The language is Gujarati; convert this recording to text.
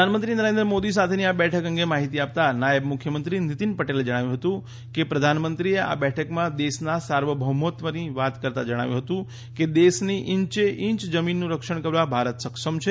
પ્રધાનમંત્રી નરેન્દ્ર મોદી સાથેની આ બેઠક અંગે માહિતી આપતા નાયબ મુખ્યમંત્રી નીતિન પટેલે જણાવ્યું હતું કે પ્રધાનમંત્રીએ આ બેઠકમાં દેશના સાર્વભૌમત્વની વાત કરતા જણાવ્યું હતું કે દેશની ઇંચે ઇંચ જમીનનું રક્ષણ કરવા ભારત સક્ષમ છે